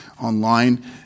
online